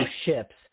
ships